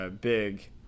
big